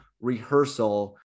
rehearsal